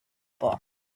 book